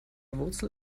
wurzel